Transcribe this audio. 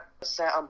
set